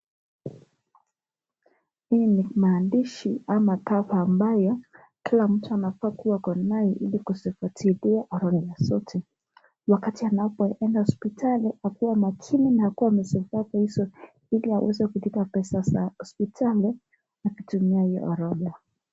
Hii ni maandishi ama kava ambaye kila mtu anafaa kuwa ako nayo ili kusaidia sheria zote wakati anaenda hospitali akuwe makini na hakuwe imezipata hizo ili aweze kulipa pesa za hospitali na kutumia hiyo orodha.